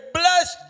bless